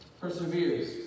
perseveres